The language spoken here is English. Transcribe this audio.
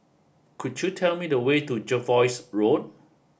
could you tell me the way to Jervois Road